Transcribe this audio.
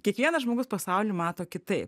kiekvienas žmogus pasaulį mato kitaip